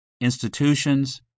institutions